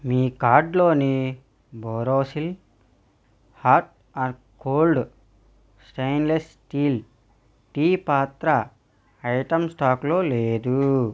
మీ cart లోని Borosil hot and cold stainless steel tea పాత్ర item స్టాకులో లేదు